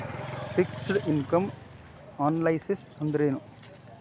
Fixed income analysis ಅಂದ್ರೆನು?